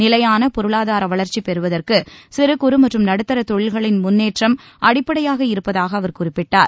நிலையான பொருளாதார வளர்ச்சி பெறுவதற்கு சிறு குறு மற்றும் நடுத்தர தொழில்களின் முன்னேற்றம் அடிப்படையாக இருப்பதாக அவர் குறிப்பிட்டார்